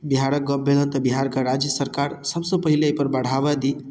बिहारक गॉप भेलहँ तऽ बिहारक राज्य सरकार सभसँ पहिले एहि पर बढ़ावा दी